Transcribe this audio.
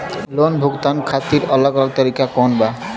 Loan भुगतान खातिर अलग अलग तरीका कौन बा?